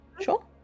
sure